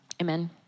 Amen